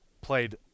played